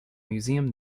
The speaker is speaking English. museum